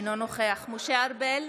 אינו נוכח משה ארבל,